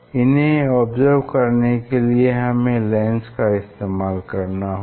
इन्हे ऑब्ज़र्व करने के लिए हमें लेंस का इस्तेमाल करना होगा